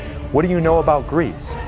what do you know about greece?